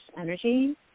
energy